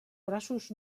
braços